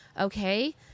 okay